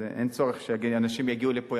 אז אין צורך שאנשים יגיעו לפה.